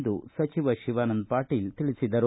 ಎಂದು ಸಚಿವ ಶಿವಾನಂದ ಪಾಟೀಲ ತಿಳಿಸಿದರು